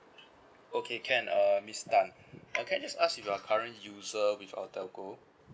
okay can uh miss tan can I just ask if you're current user with our telco